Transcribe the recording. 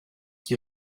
qui